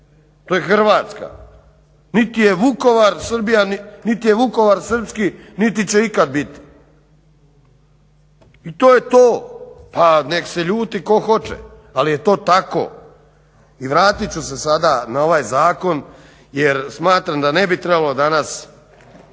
to je Hrvatska, niti je Vukovar srpski niti će ikad biti. I to je to pa neka se ljuti tko hoće, ali je to tako. I vratit ću se sada na ovaj zakon jer smatram da ne bi trebalo danas